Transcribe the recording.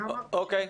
את זה אמרתי קודם,